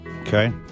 Okay